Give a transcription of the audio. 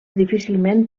difícilment